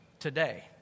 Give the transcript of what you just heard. Today